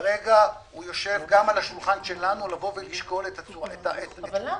כרגע יושב גם על השולחן שלנו לשקול את --- אבל למה?